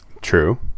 True